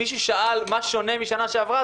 מישהו שאל מה שונה משנה שעברה.